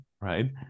right